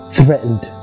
threatened